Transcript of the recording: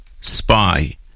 spy